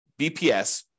BPS